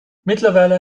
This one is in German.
mittlerweile